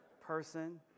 person